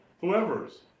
Whoever's